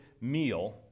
meal